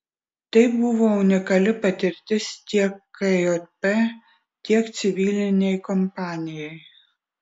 tai buvo unikali patirtis tiek kjp tiek civilinei kompanijai